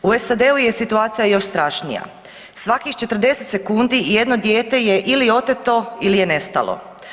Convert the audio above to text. U SAD-u je situacija još strašnija svakih 40 sekundi jedno dijete je ili oteto ili je nestalo.